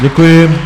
Děkuji.